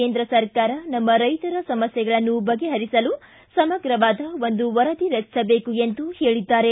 ಕೇಂದ್ರ ಸರ್ಕಾರ ನಮ್ಮ ರೈತರ ಸಮಸ್ಥೆಗಳನ್ನು ಬಗೆಹರಿಸಲು ಸಮಗ್ರವಾದ ಒಂದು ವರದಿ ರಚಿಸಬೇಕು ಎಂದು ಹೇಳಿದ್ದಾರೆ